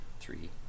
Three